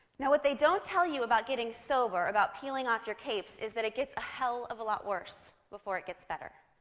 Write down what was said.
yeah what they don't tell you about getting sober, about peeling off your capes, is that it gets a hell of a lot worse before it gets better.